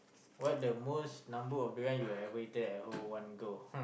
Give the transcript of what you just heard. what the most number of durian you've ever eaten at one go